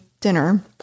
dinner